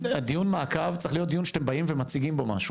דיון מעקב צריך להיות דיון שאתם באים ומציגים בו משהו.